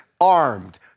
armed